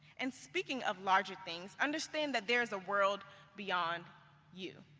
and speaking of larger things, understand that there is a world beyond you.